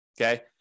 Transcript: okay